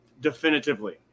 definitively